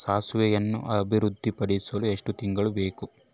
ಸಾಸಿವೆಯನ್ನು ಅಭಿವೃದ್ಧಿಪಡಿಸಲು ಎಷ್ಟು ತಿಂಗಳು ಬೇಕು?